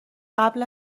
قبل